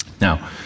Now